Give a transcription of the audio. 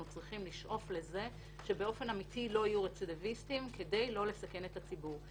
צריכים לשאוף לזה שבאופן אמיתי לא יהיו רצידיביסטים כדי לא לסכן את הציבור.